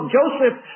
Joseph